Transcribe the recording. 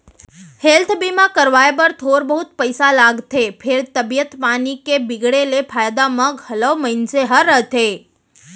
health बीमा करवाए बर थोर बहुत पइसा लागथे फेर तबीयत पानी के बिगड़े ले फायदा म घलौ मनसे ह रहिथे